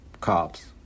cops